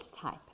type